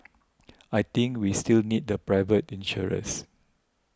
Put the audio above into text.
I think we still need the private insurers